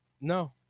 No